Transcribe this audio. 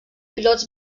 pilots